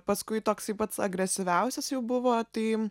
paskui toksai pats agresyviausias jau buvo tai